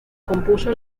compuso